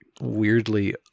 weirdly